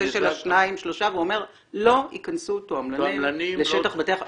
של השניים-שלושה ואומר שלא ייכנסו תועמלנים לשטח בתי החולים.